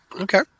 Okay